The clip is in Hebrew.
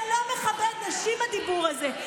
זה לא מכבד נשים, הדיבור הזה.